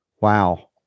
Wow